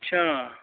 ਅੱਛਾ